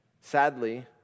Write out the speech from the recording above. Sadly